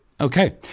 Okay